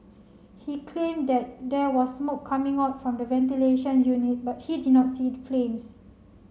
he claimed that there was smoke coming out form the ventilation unit but he did not see the flames